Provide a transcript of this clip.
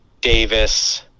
Davis –